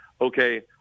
Okay